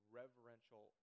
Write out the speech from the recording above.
reverential